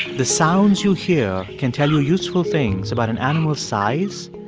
the sounds you hear can tell you useful things about an animal's size,